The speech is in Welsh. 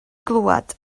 glwad